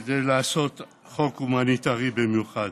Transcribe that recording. כדי לעשות חוק הומניטרי במיוחד.